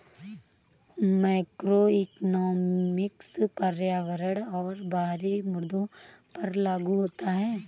macroeconomics पर्यावरण और बाहरी मुद्दों पर लागू होता है